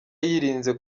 yirinze